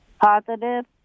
positive